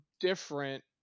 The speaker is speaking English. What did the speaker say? different